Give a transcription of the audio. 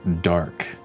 dark